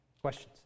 Questions